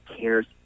cares